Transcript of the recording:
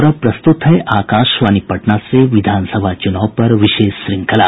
और अब प्रस्तुत है आकाशवाणी पटना से विधान सभा चुनाव पर विशेष श्रृंखला